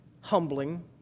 humbling